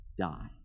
die